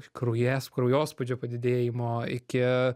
kraujas kraujospūdžio padidėjimo iki